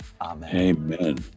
Amen